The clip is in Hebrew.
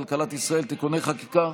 כל השאר הצביעו ממקומותיהם,